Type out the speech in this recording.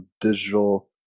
digital